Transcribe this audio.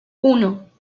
uno